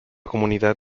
comunidad